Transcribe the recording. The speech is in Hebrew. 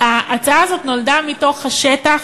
ההצעה הזאת נולדה מהשטח,